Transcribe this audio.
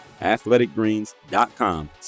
Athleticgreens.com